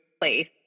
place